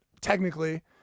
technically